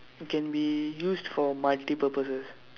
it can be used for multiple purposes